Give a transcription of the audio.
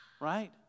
Right